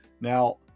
Now